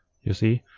you see